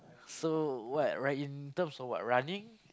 so what like in terms of what running